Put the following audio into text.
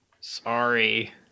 Sorry